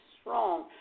strong